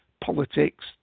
Politics